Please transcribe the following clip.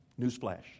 Newsflash